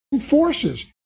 Forces